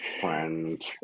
Friend